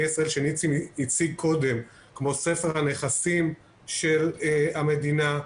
ישראל שניסים הציג קודם כמו ספר הנכסים של המדינה,